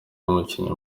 umukinnyi